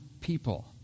people